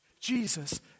Jesus